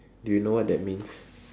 do you know what that means